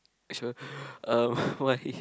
she'll um why